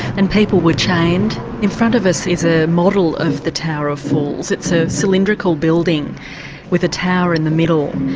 and people were chained. in front of us is a model of the tower of fools, it's a cylindrical building with a tower in the middle,